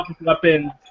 weapons